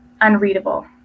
unreadable